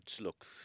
Look